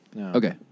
Okay